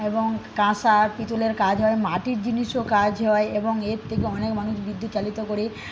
এবং কাঁসা পিতলের কাজ হয় মাটির জিনিসও কাজ হয় এবং এর থেকে অনেক মানুষ বুদ্ধি চালিত করে